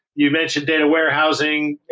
you mentioned data warehousing.